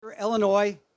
Illinois